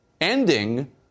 ending